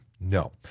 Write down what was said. No